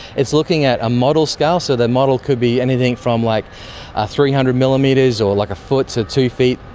it's looking at a model scale, so the model could be anything from like a three hundred millimetres or like a foot to two feet,